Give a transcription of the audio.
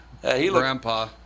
Grandpa